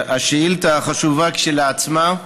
החשובה כשלעצמה.